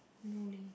no leh